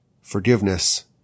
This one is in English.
forgiveness